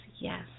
yes